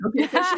Okay